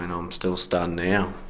and um still stunned now.